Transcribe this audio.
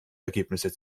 ergebnisse